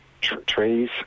trees